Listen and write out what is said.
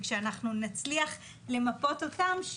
וכשנצליח למפות אותם,